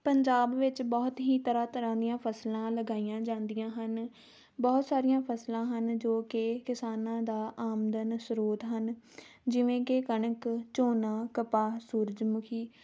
ਪੰਜਾਬ ਵਿੱਚ ਬਹੁਤ ਹੀ ਤਰ੍ਹਾਂ ਤਰ੍ਹਾਂ ਦੀਆਂ ਫਸਲਾਂ ਲਗਾਈਆਂ ਜਾਂਦੀਆਂ ਹਨ ਬਹੁਤ ਸਾਰੀਆਂ ਫਸਲਾਂ ਹਨ ਜੋ ਕਿ ਕਿਸਾਨਾਂ ਦਾ ਆਮਦਨ ਸਰੋਤ ਹਨ ਜਿਵੇਂ ਕਿ ਕਣਕ ਝੋਨਾ ਕਪਾਹ ਸੂਰਜਮੁਖੀ